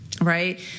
right